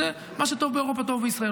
הוא "מה שטוב לאירופה טוב לישראל",